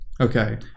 Okay